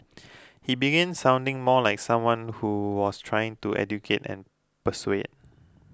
he began sounding more like someone who was trying to educate and persuade